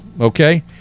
okay